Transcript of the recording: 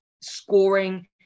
scoring